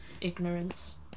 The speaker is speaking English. Ignorance